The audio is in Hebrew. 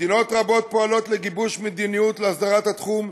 מדינות רבות פועלות לגיבוש מדיניות להסדרת התחום,